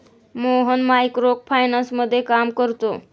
Mohan micro फायनान्समध्ये काम करतो